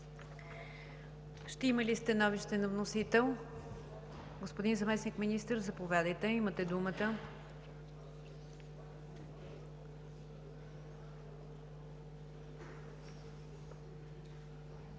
Ще има ли становище на вносителя? Господин Заместник-министър, заповядайте, имате думата.